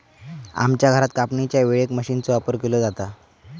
आमच्या घरात कापणीच्या वेळेक मशीनचो वापर केलो जाता